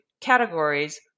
categories